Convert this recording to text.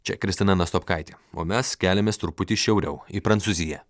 čia kristina nastopkaitė o mes keliamės truputį šiauriau į prancūziją